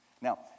Now